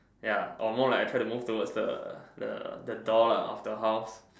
ya or more like I try to move towards the the the door lah of the house